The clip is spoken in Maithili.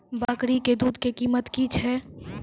बकरी के दूध के कीमत की छै?